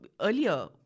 earlier